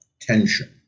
tension